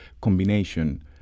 combination